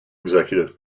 executive